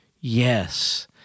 Yes